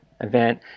event